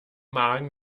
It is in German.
magen